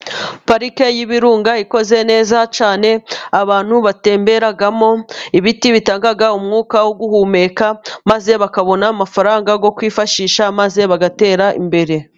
Parike y'ibirunga ikoze neza cyane abantu batemberamo, ibiti bitanga umwuka wo guhumeka maze bakabona amafaranga yo kwifashisha maze bagatera imbere.